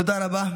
תודה רבה.